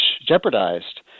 jeopardized